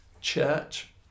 church